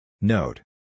Note